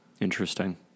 Interesting